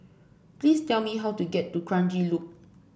please tell me how to get to Kranji Loop